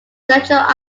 central